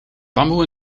bamboe